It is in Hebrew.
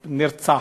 נרצח,